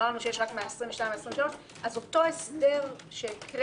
אמרנו שיש רק מהכנסת ה-22 וה-23 - אז אותו הסדר שאמרנו,